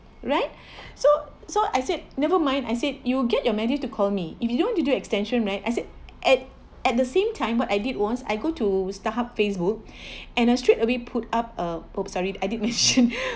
right so so I said never mind I said you will get your manager to call me if you don't want to do extension right I said at at the same time what I did was I go to starhub facebook and I straight away put up a !oops! sorry I did mentioned